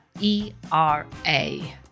E-R-A